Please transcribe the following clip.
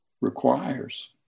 requires